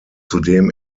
zudem